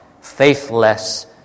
faithless